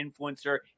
influencer